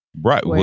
Right